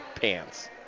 pants